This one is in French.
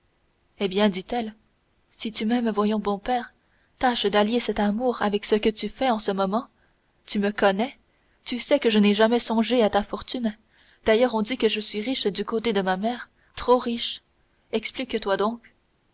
eh bien dit-elle si tu m'aimes voyons bon père tâche d'allier cet amour avec ce que tu fais en ce moment tu me connais tu sais que je n'ai jamais songé à ta fortune d'ailleurs on dit que je suis riche du côté de ma mère trop riche explique-toi donc